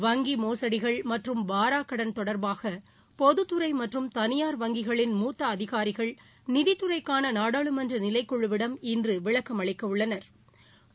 வங்கி மோசடிகள் மற்றும் வாரா கடன் தொடர்பாக பொதுத்துறை மற்றும் தனியார் வங்கிகளின் மூத்த அதிகாரிகள் நிதித்துறைக்கான நாடாளுமன்ற நிலைக்குழுவிடம் இன்று விளக்கம் அளிக்க உள்ளனா்